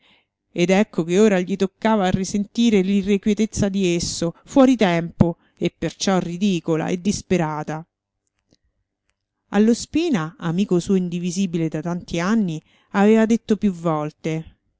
fedele e ecco che ora gli toccava a risentire l'irrequietezza di esso fuori tempo e perciò ridicola e disperata allo spina amico suo indivisibile da tanti anni aveva detto più volte